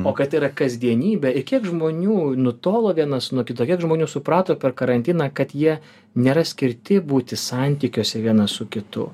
o kad tai yra kasdienybė ir kiek žmonių nutolo vienas nuo kito kiek žmonių suprato per karantiną kad jie nėra skirti būti santykiuose vienas su kitu